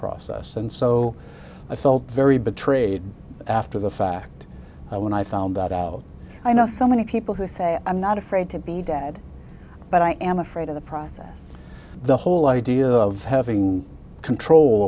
process and so i felt very betrayed after the fact i when i found that out i know so many people who say i'm not afraid to be a dad but i am afraid of the process the whole idea of having control